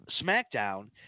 SmackDown